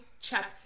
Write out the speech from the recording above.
Check